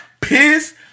piss